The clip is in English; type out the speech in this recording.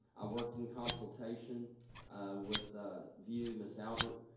i worked in consultation with a view miss albert,